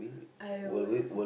I would